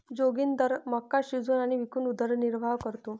जोगिंदर मका शिजवून आणि विकून उदरनिर्वाह करतो